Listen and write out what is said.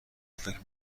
فکر